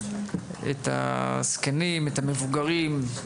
לכבד את הזקנים, את המבוגרים.